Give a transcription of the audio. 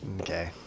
Okay